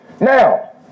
Now